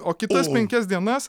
o kitas penkias dienas